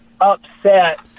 upset